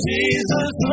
Jesus